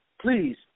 Please